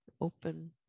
open